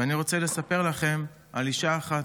ואני רוצה לספר לכם על אישה אחת,